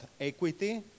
equity